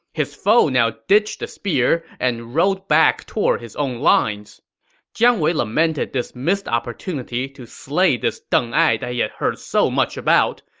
his foe now ditched the spear and rode back toward his own lines jiang wei lamented this missed opportunity to slay this deng ai that he had heard so much about,